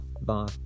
bye